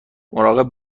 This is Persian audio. مراقب